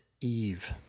Eve